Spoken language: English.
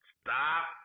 stop